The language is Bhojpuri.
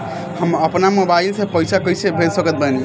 हम अपना मोबाइल से पैसा कैसे भेज सकत बानी?